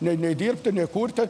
nei nei dirbti nei kurti